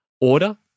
order